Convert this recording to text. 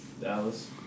Dallas